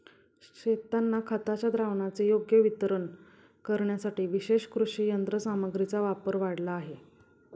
शेतांना खताच्या द्रावणाचे योग्य वितरण करण्यासाठी विशेष कृषी यंत्रसामग्रीचा वापर वाढला आहे